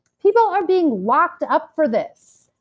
people are being locked up for this.